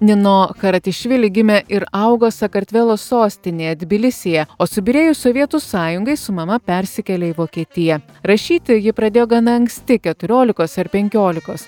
nino haratišvili gimė ir augo sakartvelo sostinėje tbilisyje o subyrėjus sovietų sąjungai su mama persikėlė į vokietiją rašyti ji pradėjo gana anksti keturiolikos ar penkiolikos